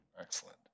Excellent